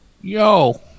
Yo